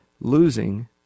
losing